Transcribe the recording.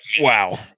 Wow